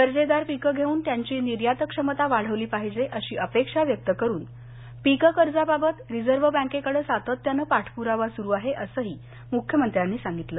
दर्जेदार पिकं घेऊन त्यांची निर्यातक्षमता वाढवली पाहिजे अशी अपेक्षा व्यक्त करून पीक कर्जाबाबत रिझर्व्ह बँकेकडे सातत्यानं पाठप्रावा सुरु आहे असंही मुख्यमंत्री म्हणाले